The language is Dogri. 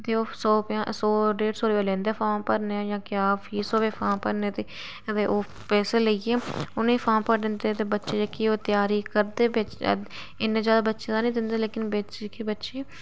ते ओह् सौ पंजाह् सौ डेढ़ सौ रपे लैंदे फार्म दा जां क्या फीस होवे फार्म भरने दी ते ओह् पैसे लेइयै उनेंगी फार्म भरी देने चाहिदे बच्चे जेह्के ओह् तैयारी करदे बिच इन्ने ज्यादा बच्चें दा नी जंदे लेकिन बिच बच्चे